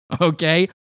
okay